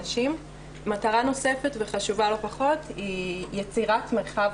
מטרה נוספת וחשובה לא פחות היא יצירת מרחב